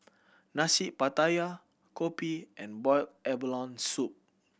Nasi Pattaya kopi and boiled abalone soup